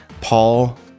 Paul